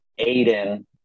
aiden